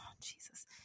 Jesus